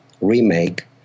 remake